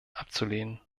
abzulehnen